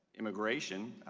immigration,